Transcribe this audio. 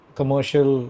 commercial